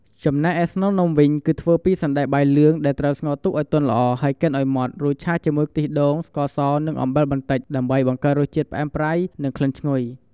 ចំណែកឯ ស្នូលនំ វិញ គឺធ្វើពី សណ្ដែកបាយលឿង ដែលត្រូវស្ងោរឲ្យទុនល្អ ហើយកិនឲ្យម៉ដ្ឋ រួចឆាជាមួយខ្ទិះដូង ស្ករស និង អំបិលបន្តិច ដើម្បីបង្កើនរសជាតិផ្អែមប្រៃ និងក្លិនឈ្ងុយ។